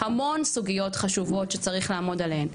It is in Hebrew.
המון סוגיות חשובות שצריך לעמוד עליהן.